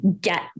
get